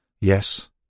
Yes